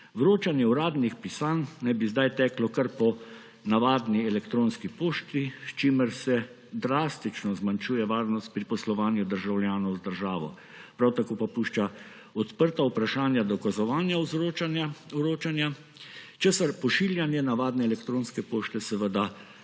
Vročanje uradnih pisanj naj bi zdaj teklo kar po navadni elektronski pošti, s čimer se drastično zmanjšuje varnost pri poslovanju državljanov z državo, prav tako pa pušča odprta vprašanja dokazovanja vročanja, česar pošiljanje navadne elektronske pošte seveda